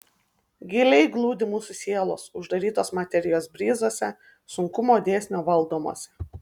giliai glūdi mūsų sielos uždarytos materijos bryzuose sunkumo dėsnio valdomuose